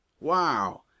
wow